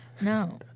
No